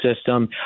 System